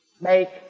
make